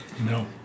No